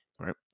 Right